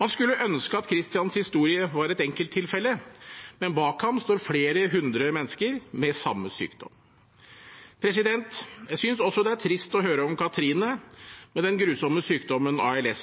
Man skulle ønske at Christians historie var et enkelttilfelle, men bak ham står flere hundre mennesker med samme sykdom. Jeg synes også det er trist å høre om Cathrine, med den grusomme sykdommen ALS,